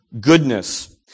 goodness